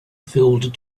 filled